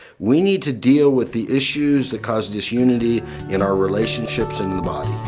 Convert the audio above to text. we need to deal with the issues that caused disunity in our relationships in the body.